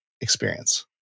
experience